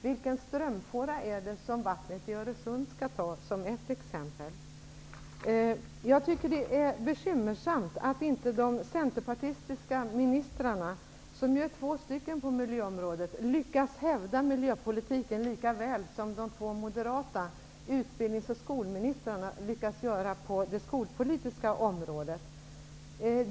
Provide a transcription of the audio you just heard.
Vilken strömfåra är det som vattnet i Öresund skall ta, för att ta ett exempel? Jag tycker att det är bekymmersamt att de centerpartistiska ministrarna, som ju är två på miljöområdet, inte lyckas hävda miljöpolitiken lika väl som den moderata utbildningsministern och den moderata skolministern lyckas göra på det skolpolitiska området.